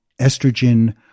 estrogen